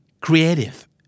creative